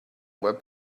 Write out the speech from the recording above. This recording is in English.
web